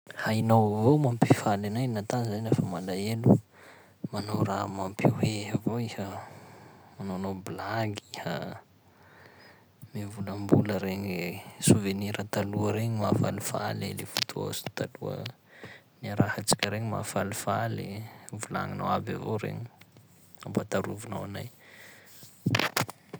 Hainao avao mampifaly anahy nata za lafa malahelo, manao raha mampihoehy avao iha, manaonao blague iha a, mivolambola regny souvenir taloha regny mahafalifaly, le fotoa s- taloha niarahantsika regny mahafalifaly, volagninao aby avao regny, ampatarovinao anay.